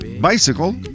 bicycle